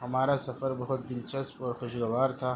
ہمارا سفر بہت دلچسپ اور خوشگوار تھا